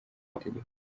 mategeko